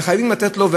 וחייבים לתת לו,